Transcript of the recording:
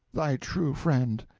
thy true friend.